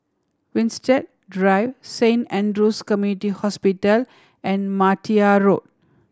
Winstedt Drive Saint Andrew's Community Hospital and Martia Road